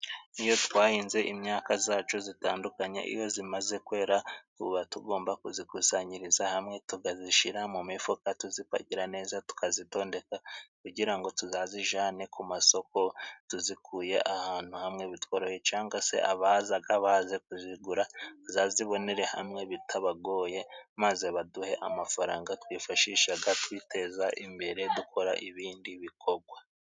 Iyo twahinze imyaka zacu zitandukanye, iyo zimaze kwera tuba tugomba kuzikusanyiriza hamwe tukazishira mu mifuka, tuzipakira neza, tukazitondeka kugira ngo tuzazijane ku masoko tuzikuye ahantu hamwe bitworoheye, cangwa se abazaga baje kuzigura bazazibonere hamwe bitabagoye, maze baduhe amafaranga twifashishaga twiteza imbere, dukora ibindi bikogwa.